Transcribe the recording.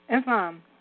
Islam